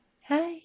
Hi